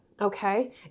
Okay